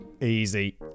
easy